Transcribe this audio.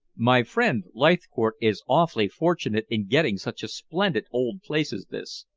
my friend leithcourt is awfully fortunate in getting such a splendid old place as this.